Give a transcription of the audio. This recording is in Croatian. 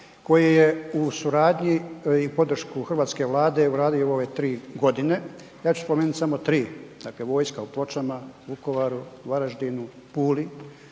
koje je u suradnji i podršku hrvatske Vlade radio u ove 3 g., ja ću spomenut samo tri, dakle vojska u Pločama, Vukovaru, Varaždinu, Puli,